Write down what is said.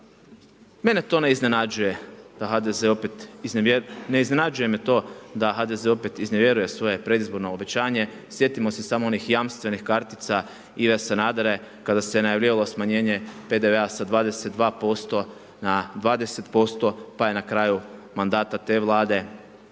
opet, ne iznenađuje me to da HDZ opet iznevjeruje svoje predizborno obećanje, sjetimo se samo onih jamstvenih kartica Ive Sanadera kao se najavljivalo smanjenje PDV-a sa 22 na 20%, pa je na kraju mandata te Vlade stopa